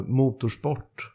motorsport